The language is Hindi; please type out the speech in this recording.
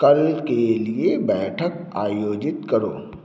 कल के लिए बैठक आयोजित करो